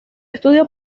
estudio